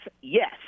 Yes